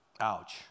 Ouch